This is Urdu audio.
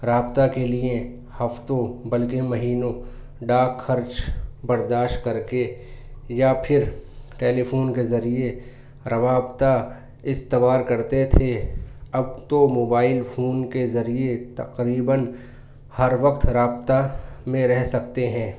رابطہ کے لیے ہفتوں بلکہ مہینوں ڈاک خرچ برداشت کر کے یا پھر ٹیلیفون کے ذریعے روابطہ استوار کرتے تھے اب تو موبائل فون کے ذریعے تقریباََ ہر وقت رابطہ میں رہ سکتے ہیں